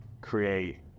create